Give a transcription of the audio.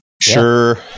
Sure